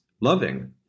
loving